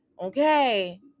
okay